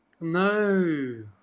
No